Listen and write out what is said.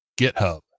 GitHub